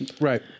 Right